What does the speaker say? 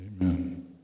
Amen